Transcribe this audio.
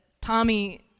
Tommy